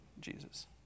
Jesus